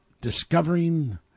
discovering